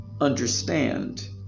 understand